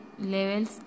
levels